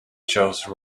chose